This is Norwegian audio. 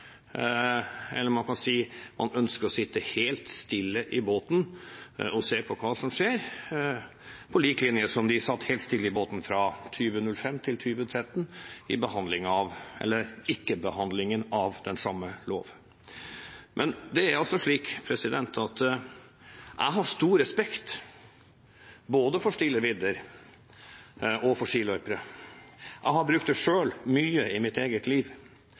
eller man kan si at man ønsker å sitte helt stille i båten og se på hva som skjer, på samme måte som de satt helt stille i båten fra 2005 til 2013, under behandlingen – eller ikke-behandlingen – av den samme loven. Jeg har stor respekt for både stille vidder og skiløpere. Jeg har selv brukt det mye i mitt eget liv.